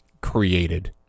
created